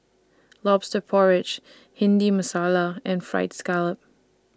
Lobster Porridge Bhindi Masala and Fried Scallop